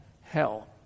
hell